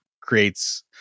creates